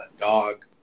dog